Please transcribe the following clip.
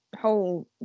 whole